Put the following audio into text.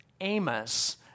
Amos